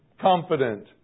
confident